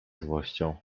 złością